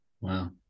Wow